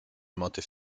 motyw